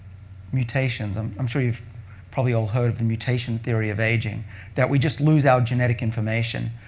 mutations and i'm sure you've probably all heard of the mutation theory of aging that we just lose our genetic information.